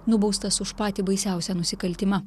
nubaustas už patį baisiausią nusikaltimą